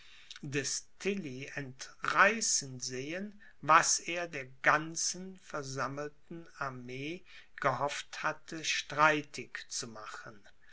des tilly entreißen sehen was er der ganzen versammelten armee gehofft hatte streitig zu machen